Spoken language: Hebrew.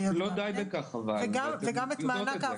לאומי והנגשה וביצוע של הדברים לאוכלוסיית היעד ושל זרוע העבודה.